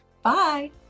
Bye